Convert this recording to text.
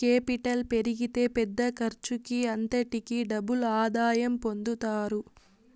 capital పెరిగితే పెద్ద ఖర్చుకి అంతటికీ డబుల్ ఆదాయం పొందుతారు